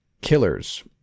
killers